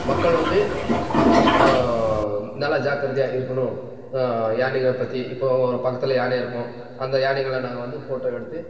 மக்கள் வந்து நல்லா ஜாக்கிரதையாக இருக்கணும் யானைகள் பற்றி இப்போது பக்கத்தில் யானை இருக்கும் அந்த யானைகளை வந்து நாங்கள் ஃபோட்டோ எடுத்து